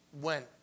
went